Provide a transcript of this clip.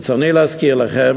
ברצוני להזכיר לכם,